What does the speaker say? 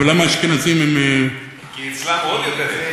אבל למה האשכנזים הם, כי אצלם עוד יותר.